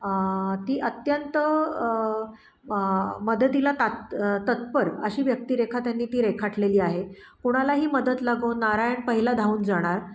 ती अत्यंत मदतीला तात तत्पर अशी व्यक्तिरेखा त्यांनी ती रेखाटलेली आहे कुणालाही मदत लागो नारायण पहिला धावून जाणार